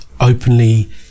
openly